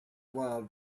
love